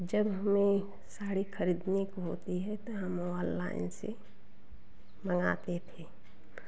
जब हमें साड़ी खरीदने को होती है तो हम ऑललाइन से मंगाते थे